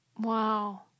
wow